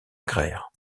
agraire